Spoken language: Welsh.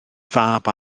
fab